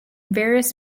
various